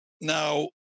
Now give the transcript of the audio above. now